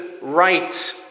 right